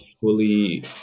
fully